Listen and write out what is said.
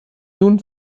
nun